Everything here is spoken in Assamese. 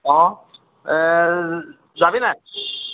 অঁ যাবি নাই